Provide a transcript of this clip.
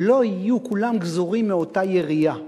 לא יהיו כולם גזורים מאותה יריעה,